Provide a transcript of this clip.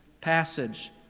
passage